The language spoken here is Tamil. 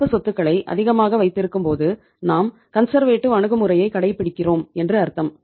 நடப்பு சொத்துக்களை அதிகமாக வைத்திருக்கும்போது நாம் கன்சர்வேட்டிவ் அணுகுமுறையை கடைபிடிக்கிறோம் என்று அர்த்தம்